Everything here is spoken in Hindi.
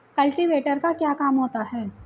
कल्टीवेटर का क्या काम होता है?